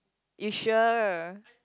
you sure